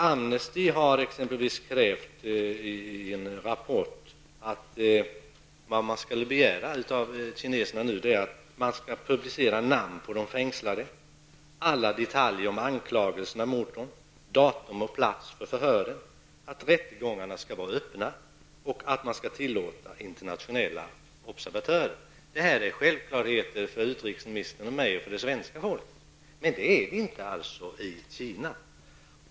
Amnesty har i en rapport krävt att man skall begära att kineserna publicerar namn på de fängslade, alla detaljer om anklagelserna mot dem samt datum och plats för förhören. Vidare har Amnesty krävt att förhören skall vara öppna och att internationella observatörer skall tillåtas. För mig, utrikesministern och det svenska folket är detta självklarheter, men så är det inte i Kina.